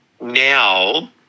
now